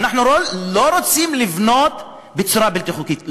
אנחנו לא רוצים לבנות בצורה בלתי חוקית.